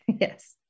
yes